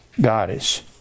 goddess